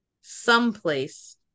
someplace